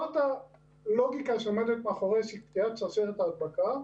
זאת הלוגיקה שעומדת מאחורי קטיעת שרשרת ההדבקה,